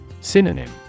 Synonym